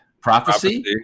Prophecy